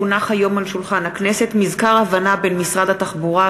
כי הונח היום על שולחן הכנסת מזכר הבנה בין משרד התחבורה,